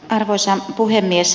arvoisa puhemies